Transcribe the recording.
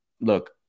look